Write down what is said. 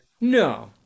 No